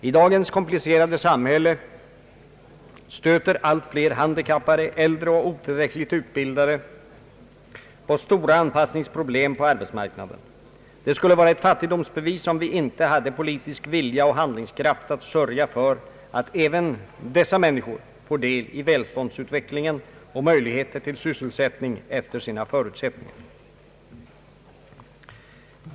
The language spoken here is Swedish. I dagens komplicerade samhälle stöter allt fler handikappade, äldre och otillräckligt utbildade på stora anpassningsproblem på arbetsmarknaden. Det skulle vara ett fattigdomsbevis om vi inte hade politisk vilja och handlingskraft att sörja för att även dessa människor får del i välståndsutvecklingen och möjligheter till sysselsättning efter sina förutsättningar.